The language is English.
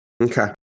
Okay